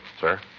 Sir